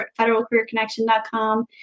federalcareerconnection.com